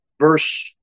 verse